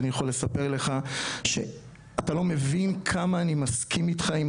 אני יכול לספר לך שאתה לא מבין כמה אני מסכים איתך עם